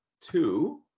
two